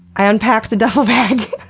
i unpacked the duffel bag.